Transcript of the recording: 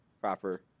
proper